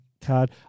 card